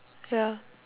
ya